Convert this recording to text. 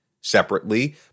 Separately